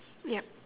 yup